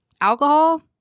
Alcohol